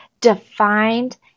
defined